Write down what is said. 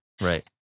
Right